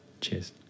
Cheers